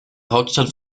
hauptstadt